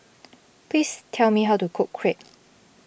please tell me how to cook Crepe